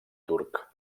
turc